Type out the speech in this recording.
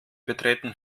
betreten